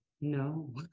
No